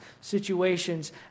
situations